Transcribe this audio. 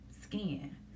skin